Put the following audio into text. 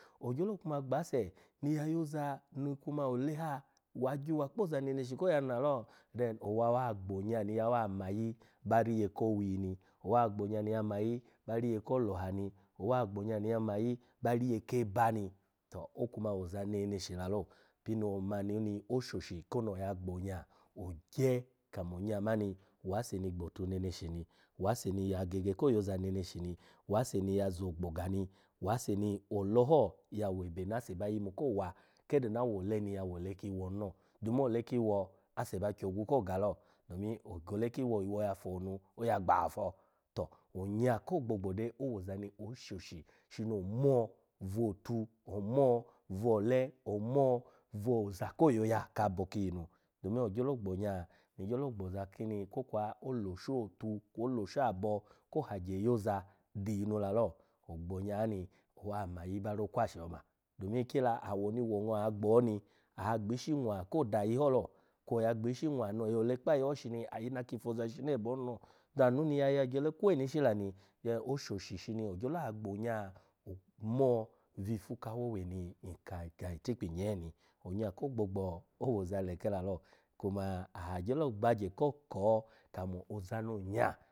Ogyolo kuma gbase ni ya yo oza ni kuma ole ha wa agyawa kpo oza neneshi koya ni lalo then owa wa gbo nya ni wa mayi ba riye kowi ni, awa gbo nya ni wa mayi ba riye ko oloha ni owa gbo nya ni wa mayi ba riye keba ni to okuma wo oza neneshi lalo. Pini omani oni oshoshi kino oya gbonya ogye kamo onya mani wase in gbotu neneshi ni wase ni ya gege ko yoza neneshi ni, wase ni ya zo ogboga ni, wase ni olono ya webe na ase ba yimu kowa kede na wole ni ya wole kiwo ni lo dumu ole kiwo ase ba kyogwu koga lo, domin ole ase ba kyoga koga lo domin ogole kiwo iwo ya fo-nu, oya ga-fo, to onya ko gbogbo de owoza ni oshoshi shino omo vo out, omo vo ole, omo vo oza ko yoya kabo kiyinu domin ogyolo gbonya ni gyolo gboza kini kwokwa oloshu out kwo oloshu abo ko hagye yoza diyinu lalo ogbo onya ni owa mayi ro okwashi oma domi. Kila awo ni woongo ya gbo ni agbishi nwa ko da ayi ho lo kwa agbishi no oyole kpa ayi shini ayi naki foza shishini ebe ho lo bya anu ni ya yagye ole kweni ishi la ni then oshoshi shini ogyolo ya gbonya o-mo vifu ka wowe ni nka ga itikpi itikpi nyee in onya ko gbogbo owoza leke la lo kuma aha gyelo bagye ko ko mo za ni onya.